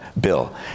bill